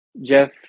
Jeff